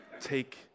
Take